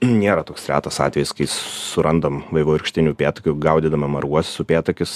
nėra toks retas atvejis kai surandam vaivorykštinių upėtakių gaudydami marguosius upėtakius